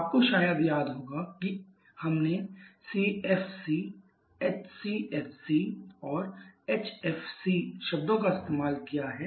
आपको शायद याद होगा कि हमने CFC HCFC और HFC शब्दों का इस्तेमाल किया है